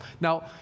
Now